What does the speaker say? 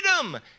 freedom